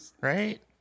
right